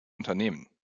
unternehmen